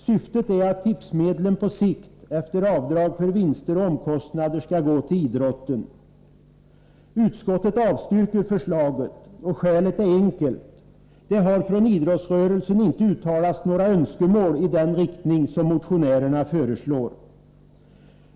Syftet är att tipsmedlen — efter avdrag för vinster och omkostnader — på sikt skall gå till idrotten. Utskottet avstyrker förslaget. Skälet är enkelt. Det har från idrottsrörelsen inte uttalats några önskemål i den riktning som motionärerna föreslår.